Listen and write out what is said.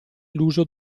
l’uso